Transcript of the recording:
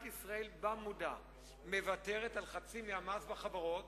ישראל במודע מוותרת על חצי מן המס בחברות,